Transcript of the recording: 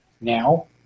now